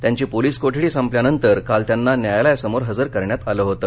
त्यांची पोलीस कोठडी संपल्यानंतर काल त्यांना न्यायालयासमोर हजर करण्यात आलं होतं